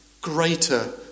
greater